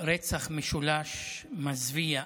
לרצח משולש מזוויע